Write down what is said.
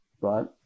right